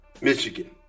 Michigan